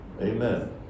Amen